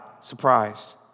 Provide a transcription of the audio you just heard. surprise